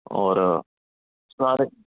ਔਰ